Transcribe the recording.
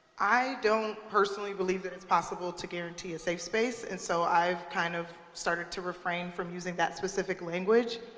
i don't personally believe that it's possible to guarantee a safe space, and so i've kind of started to refrain from using that specific language.